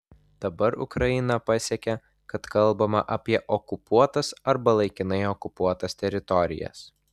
dabar ukraina pasiekė kad kalbama apie okupuotas arba laikinai okupuotas teritorijas